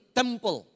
temple